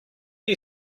you